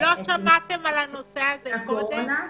לא שמעתם על הנושא הזה קודם?